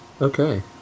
Okay